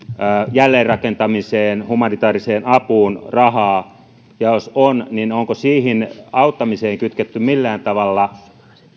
jälleenrakentamiseen humanitaariseen apuun ja jos on niin onko siihen auttamiseen kytketty millään tavalla